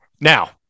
Now